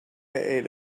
ate